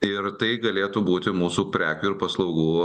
ir tai galėtų būti mūsų prekių ir paslaugų